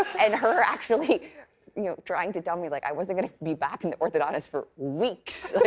and her actually you know trying to tell me, like, i wasn't gonna be back in the orthodontist for weeks.